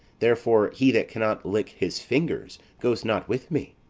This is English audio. therefore he that cannot lick his fingers goes not with me.